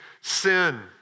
sin